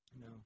no